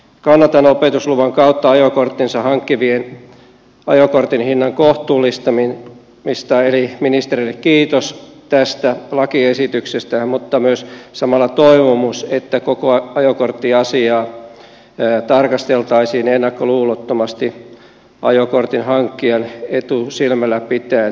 kannatan opetusluvan kautta ajokorttinsa hankkivien ajokortin hinnan kohtuullistamista eli ministerille kiitos tästä lakiesityksestä mutta myös samalla toivomus että koko ajokorttiasiaa tarkasteltaisiin ennakkoluulottomasti ajokortin hankkijan etu silmällä pitäen